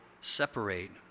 separate